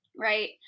right